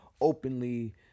openly